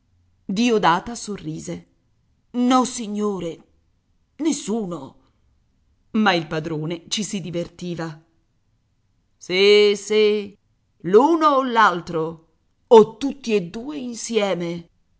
diodata sorrise nossignore nessuno ma il padrone ci si divertiva sì sì l'uno o l'altro o tutti e due insieme